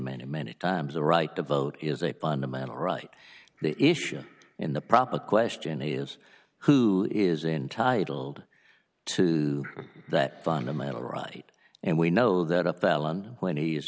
many many times the right to vote is a fundamental right the issue in the proper question is who is intitled to that fundamental right and we know that a felon when he is